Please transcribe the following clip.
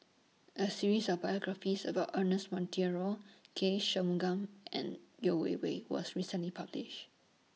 A series of biographies about Ernest Monteiro K Shanmugam and Yeo Wei Wei was recently published